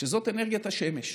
שזאת אנרגיית השמש.